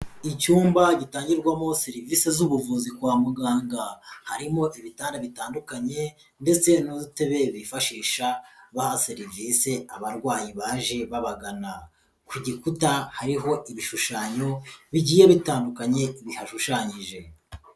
Icyumba gitangirwamo serivisi z'ubuvuzi kwa muganga, harimo ibitanda bitandukanye ndetse n'udutebe bifashisha baha serivisi abarwayi baje babagana, ku gikuta hariho ibishushanyo bigiye bitandukanye bihashushanyije.